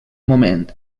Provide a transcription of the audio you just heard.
moment